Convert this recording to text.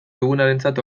dugunarentzat